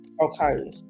okay